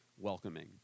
welcoming